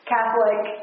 Catholic